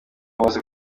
amaze